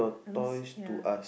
um ya